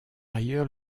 ailleurs